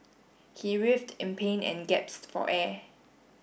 he writhed in pain and gasped for air